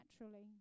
naturally